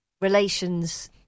relations